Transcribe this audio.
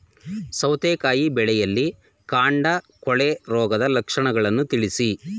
ಸೌತೆಕಾಯಿ ಬೆಳೆಯಲ್ಲಿ ಕಾಂಡ ಕೊಳೆ ರೋಗದ ಲಕ್ಷಣವನ್ನು ತಿಳಿಸಿ?